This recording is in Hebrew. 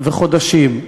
של חודשים.